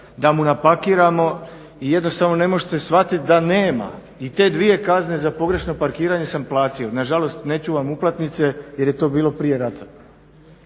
da mu napakiramo i jednostavno ne možete shvatit da nema. I te dvije kazne za pogrešno parkiranje sam platio. Nažalost ne čuvam uplatnice jer je to bilo prije rata.